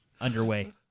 underway